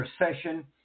recession